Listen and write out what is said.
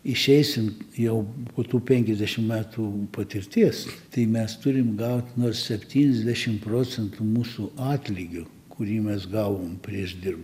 išeisim jau po tų penkiasdešim metų patirties tai mes turim gaut nors septyniasdešim procentų mūsų atlygio kurį mes gavom prieš dir